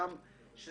נוסח